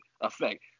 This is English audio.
effect